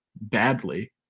badly